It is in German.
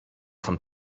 von